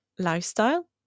lifestyle